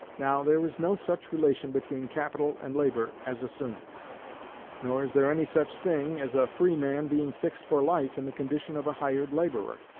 now, there is no such relation between capital and labor as assumed nor is there any such thing as a free man being fixed for life in the condition of a hired laborer.